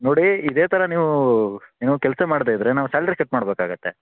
ನೋಡಿ ಇದೆ ಥರ ನೀವು ಏನು ಕೆಲಸ ಮಾಡದೆ ಇದ್ದರೆ ನಾವು ಸ್ಯಾಲ್ರಿ ಕಟ್ ಮಾಡ್ಬೇಕಾಗುತ್ತೆ